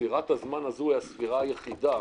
זו הספירה היחידה